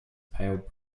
pale